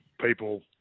people